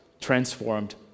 transformed